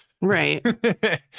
right